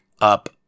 up